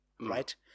Right